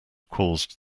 caused